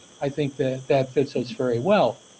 i think that that fits us very well.